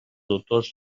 tutors